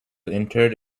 interred